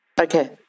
Okay